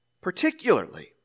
particularly